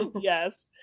Yes